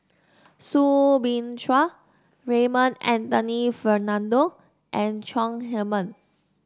Soo Bin Chua Raymond Anthony Fernando and Chong Heman